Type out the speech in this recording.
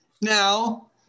Now